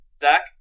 Zach